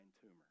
tumor